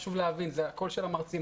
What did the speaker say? חשוב להבין, זה הקול של המרצים.